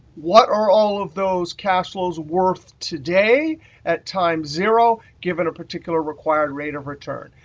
what are all of those cash flows worth today at time zero given a particular required rate of return?